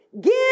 Give